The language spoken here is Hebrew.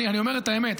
אני אומר את האמת,